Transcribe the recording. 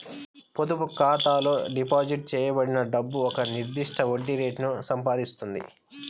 పొదుపు ఖాతాలో డిపాజిట్ చేయబడిన డబ్బు ఒక నిర్దిష్ట వడ్డీ రేటును సంపాదిస్తుంది